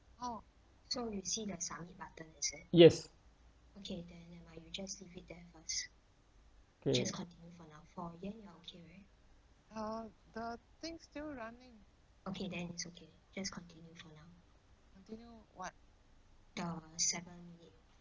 yes K